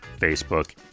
Facebook